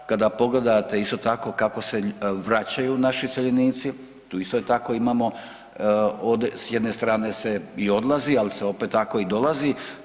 Kada pogledate isto tako kako se vraćaju naši iseljenici tu isto tako imamo, s jedne strane se odlazi, ali se opet tako i dolazi.